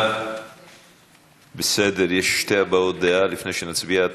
לוועדה, בסדר, יש שתי הבעות דעה לפני שנצביע.